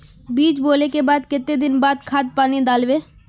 बीज बोले के बाद केते दिन बाद खाद पानी दाल वे?